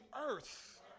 earth